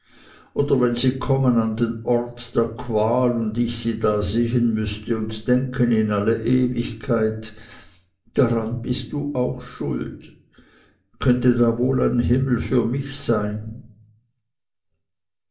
oder wenn sie kommen an den ort der qual und ich sie da sehen müßte und denken in alle ewigkeit daran bist du auch schuld könnte da wohl ein himmel für mich sein